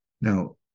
Now